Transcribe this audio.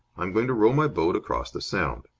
i am going to row my boat across the sound.